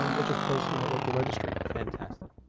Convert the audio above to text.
um it just pulls from that local registry. fantastic.